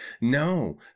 no